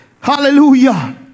hallelujah